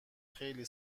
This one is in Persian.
خیلی